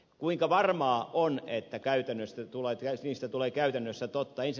kuinka varmaa on että niistä tulee käytännössä totta